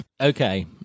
okay